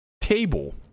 table